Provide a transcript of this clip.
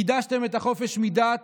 קידשתם את החופש מדת,